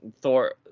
Thor